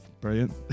brilliant